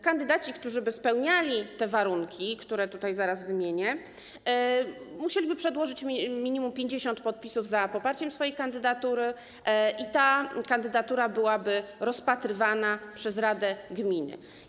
Kandydaci, którzy spełnialiby warunki, które zaraz wymienię, musieliby przedłożyć minimum 50 podpisów za poparciem swojej kandydatury i ta kandydatura byłaby rozpatrywana przez radę gminy.